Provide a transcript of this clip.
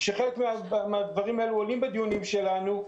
כאשר חלק מן הדברים האלה עולים בדיונים שלנו,